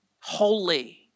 holy